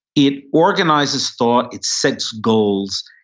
it organizes thought, it sets goals,